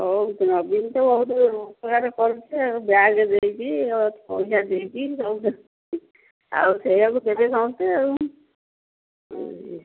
ହଉ ନବୀନ ତ ବହୁତ ଉପକାର କରୁଛି ଆଉ ବ୍ୟାଗ୍ ଦେଇକି ପଇସା ଦେଇକି ସବୁ ଆଉ ସେଇଆକୁ ଦେବେ ସମସ୍ତେ